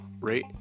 rate